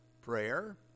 prayer